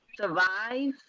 survive